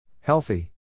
Healthy